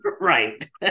right